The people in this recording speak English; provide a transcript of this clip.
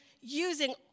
using